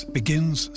begins